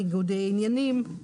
ניגודי עניינים,